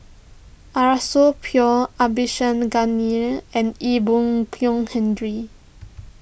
Arasu Pure and Ee Boon Kong Henry